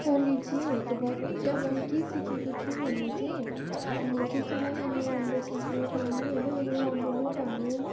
पण्डितजीहरूकोबाट चाहिँ अब के सिकेको छु भने चाहिँ कसैलाई नराम्रो ट्रिट नगर्नु होइन नराम्रो नभन्नु